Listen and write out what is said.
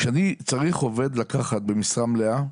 כשאני צריך עובד לקחת במשרה מלאה,